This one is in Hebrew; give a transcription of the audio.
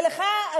ולך,